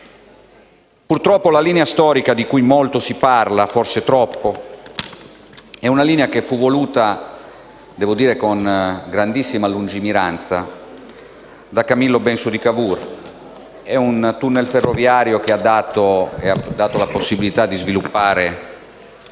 Alpi. La linea storica di cui molto - forse troppo - si parla fu voluta, devo dire con grandissima lungimiranza, da Camillo Benso di Cavour: è un tunnel ferroviario del 1871 che ha dato la possibilità di sviluppare